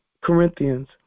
Corinthians